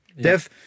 Dev